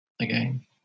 again